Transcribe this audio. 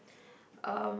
um